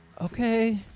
Okay